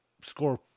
score